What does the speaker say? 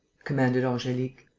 commanded angelique.